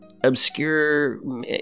obscure